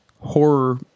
horror